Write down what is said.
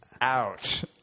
Ouch